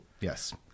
Yes